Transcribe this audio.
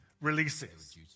releases